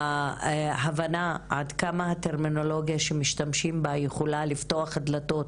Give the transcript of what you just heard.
הבנה עד כמה הטרמינולוגיה שמשתמשים בה יכולה לפתוח דלתות,